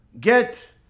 get